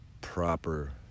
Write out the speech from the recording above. proper